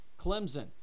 Clemson